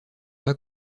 pas